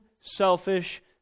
selfish